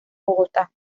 bogotá